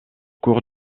cours